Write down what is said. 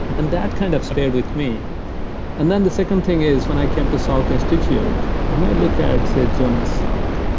and that kind of stayed with me and then, the second thing is when i came to salk institute, when i look at say jonas salk,